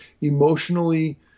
emotionally